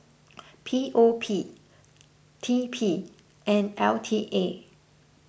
P O P T P and L T A